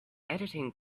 editing